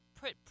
put